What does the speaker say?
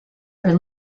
are